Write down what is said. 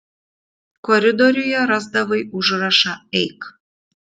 koridoriuje rasdavai užrašą eik